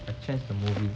I change the movie